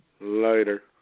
Later